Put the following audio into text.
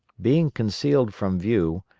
being concealed from view,